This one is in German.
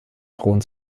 thron